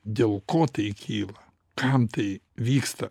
dėl ko tai kyla kam tai vyksta